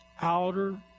Outer